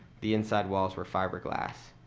the inside walls were fiberglass.